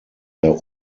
der